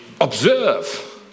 observe